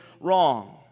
wrong